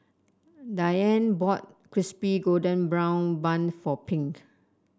Dianne bought Crispy Golden Brown Bun for Pink